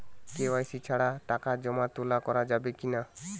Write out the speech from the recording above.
KYC ছাড়া টাকা জমা তোলা করা যাবে কি না?